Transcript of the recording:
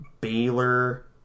Baylor